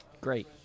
Great